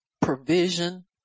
provision